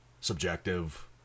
Subjective